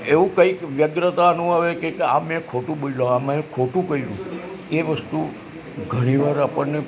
એવું કંઈક વ્યગ્રતાનો હવે કહીએ કે આમેં ખોટું બોલ્યો આ મેં ખોટું કર્યું એ વસ્તુ ઘણી વાર આપણને